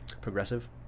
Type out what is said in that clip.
Progressive